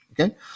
okay